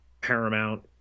Paramount